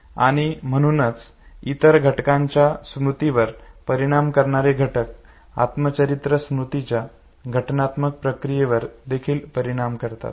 आणि म्हणूनच इतर घटकांच्या स्मृतींवर परिणाम करणारे घटक आत्मचरित्र स्मृतींच्या संघटनात्मक प्रक्रियेवर देखील परिणाम करतात